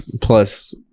plus